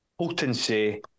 potency